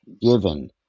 given